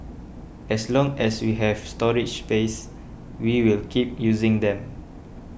as long as we have storage space we will keep using them